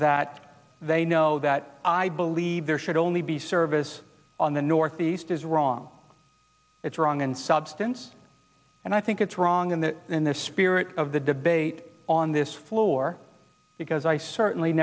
that they know that i believe there should only be service on the northeast is wrong it's wrong in substance and i think it's wrong in the in the spirit of the debate on this floor because i certainly